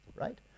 Right